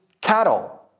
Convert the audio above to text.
cattle